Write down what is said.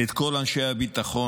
את כל אנשי הביטחון,